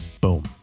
boom